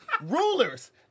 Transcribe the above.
rulers